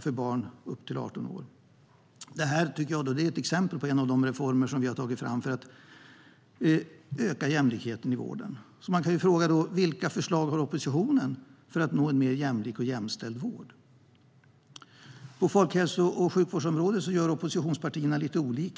för barn upp till 18 år. Det här är ett exempel på en av de reformer som vi tagit fram för att öka jämlikheten i vården. Då kan man fråga sig: Vilka förslag har oppositionen för att nå en mer jämlik och jämställd vård? På folkhälso och sjukvårdsområdet gör oppositionspartierna lite olika.